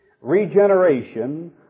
Regeneration